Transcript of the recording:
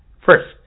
First